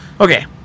Okay